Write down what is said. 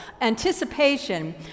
anticipation